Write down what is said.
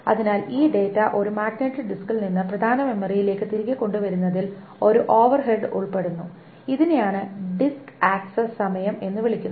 അതിനാൽ ഈ ഡാറ്റ ഒരു മാഗ്നറ്റിക് ഡിസ്കിൽ നിന്ന് പ്രധാന മെമ്മറിയിലേക്ക് തിരികെ കൊണ്ടുവരുന്നതിൽ ഒരു ഓവർഹെഡ് ഉൾപ്പെടുന്നു ഇതിനെയാണ് ഡിസ്ക് ആക്സസ് സമയം എന്ന് വിളിക്കുന്നത്